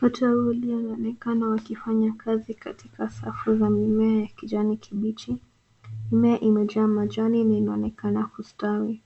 Watu wawili wanaonekana wakifanya kazi katika safu za mimea ya kijani kibichi. Mimea imejaa majani na inaonekana kustawi.